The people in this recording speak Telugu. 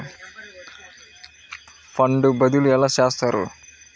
ఫండ్ బదిలీ ఎలా చేస్తారు?